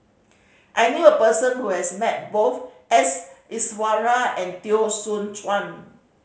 I knew a person who has met both S Iswaran and Teo Soon Chuan